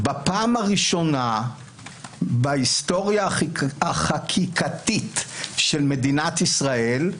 בפעם הראשונה בהיסטוריה החקיקתית של מדינת ישראל,